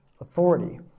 authority